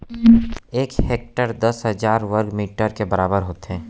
एक हेक्टर दस हजार वर्ग मीटर के बराबर होथे